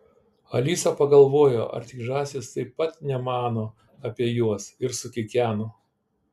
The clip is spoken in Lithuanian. alisa pagalvojo ar tik žąsys taip pat nemano apie juos ir sukikeno